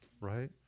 Right